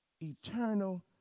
Eternal